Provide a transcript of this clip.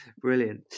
Brilliant